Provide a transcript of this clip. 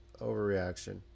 Overreaction